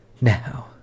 Now